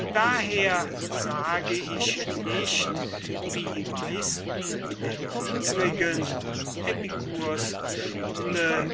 daher sage ich nicht wie die meisten der unsrigen epikur's schule